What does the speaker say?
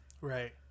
Right